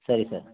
ಸರಿ ಸರ್